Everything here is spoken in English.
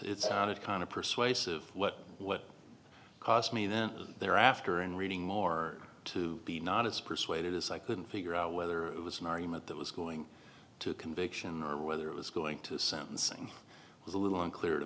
it kind of persuasive what cost me then they're after and reading more to be not as persuaded as i couldn't figure out whether it was an argument that was going to conviction or whether it was going to sentencing was a little unclear to